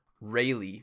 Rayleigh